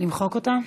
למחוק אותה?